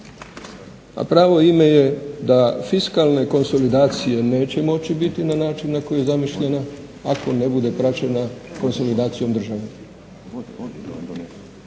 a pravo ime je da fiskalne konsolidacije neće moći bit na način na koji je zamišljena ako ne bude praćena konsolidacijom države.